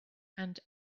and